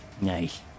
Nice